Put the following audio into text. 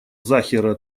захира